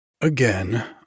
Again